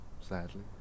Sadly